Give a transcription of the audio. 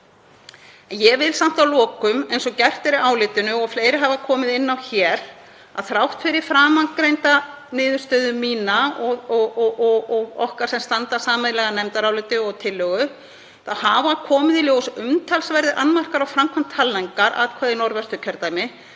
Ég vil samt að lokum taka fram, eins og gert er í álitinu og fleiri hafa komið inn á hér, að þrátt fyrir framangreinda niðurstöðu mína og okkar sem stöndum sameiginlega að nefndaráliti og tillögu þá hafa komið í ljós umtalsverðir annmarkar á framkvæmd talningar atkvæða í Norðvesturkjördæmi